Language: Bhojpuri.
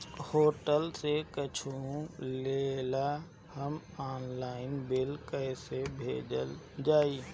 होटल से कुच्छो लेला पर आनलाइन बिल कैसे भेजल जाइ?